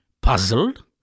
puzzled